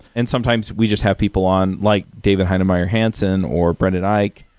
and sometimes we just have people on like david heinemeier hansson or brendan ike,